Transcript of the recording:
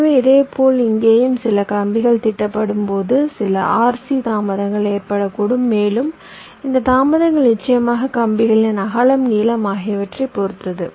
எனவே இதேபோல் இங்கேயும் சில கம்பிகள் தீட்டப்படும்போது சில RC தாமதங்கள் ஏற்படக்கூடும் மேலும் இந்த தாமதங்கள் நிச்சயமாக கம்பிகளின் அகலம் நீளம் ஆகியவற்றைப் பொறுத்தது